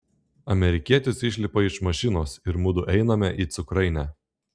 amerikietis išlipa iš mašinos ir mudu einame į cukrainę